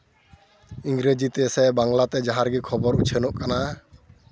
ᱤᱝᱨᱮᱡᱤᱛᱮ ᱥᱮ ᱵᱟᱝᱞᱟᱛᱮ ᱡᱟᱦᱟᱸ ᱨᱮᱜᱮ ᱠᱷᱚᱵᱚᱨ ᱩᱪᱷᱟᱹᱱᱚᱜ ᱠᱟᱱᱟ